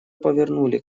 повернули